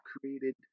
created